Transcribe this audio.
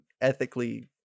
ethically